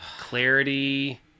Clarity